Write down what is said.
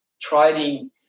trading